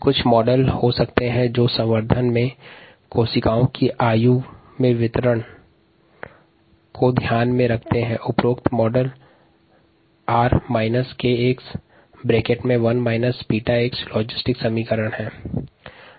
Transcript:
कुछ मॉडल संवर्धन में कोशिका के आयुनुसार वितरण को परिभाषित करते हैं 𝑟𝑥 1 − 𝛽𝑥 एक संभार समीकरण है